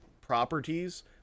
properties